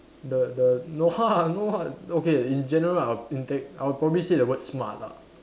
the the no ha~ no ah okay in general I inte~ I would probably say the word smart ah